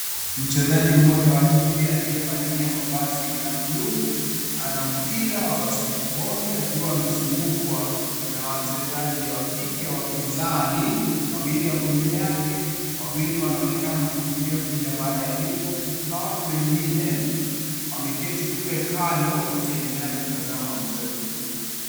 Mchezaji moja wa kike aliyevalia mavazi ya blue . Ana mpira wa basketball akiwa amezungukwa na wachezaji wa kike wa pinzani, wawili wako mbele yake wawili wanaonekana kukimbia kuja mahali alipo kuna watu wengine wakiwa wameketi kule kando wakiendelea kutazama michezo.